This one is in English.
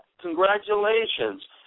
congratulations